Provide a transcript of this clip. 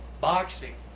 boxing